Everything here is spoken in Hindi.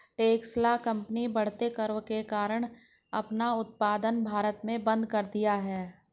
टेस्ला कंपनी बढ़ते करों के कारण अपना उत्पादन भारत में बंद कर दिया हैं